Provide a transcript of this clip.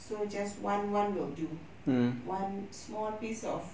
so just one one will do one small piece of